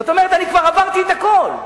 כלומר, אני כבר עברתי את הכול,